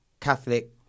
Catholic